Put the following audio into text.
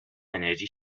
انرژی